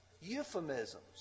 euphemisms